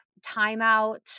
timeout